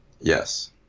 Yes